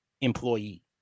employee